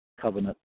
covenant